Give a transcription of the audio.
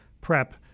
prep